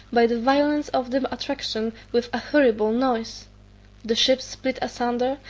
by the violence of the attraction, with a horrible noise the ships split asunder,